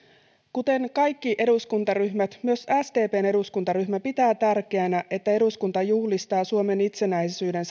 kuten kaikki eduskuntaryhmät myös sdpn eduskuntaryhmä pitää tärkeänä että eduskunta juhlistaa suomen itsenäisyyden